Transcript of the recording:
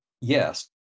yes